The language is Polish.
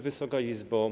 Wysoka Izbo!